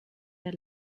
der